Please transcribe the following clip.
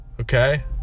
Okay